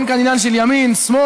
אין כאן עניין של ימין שמאל: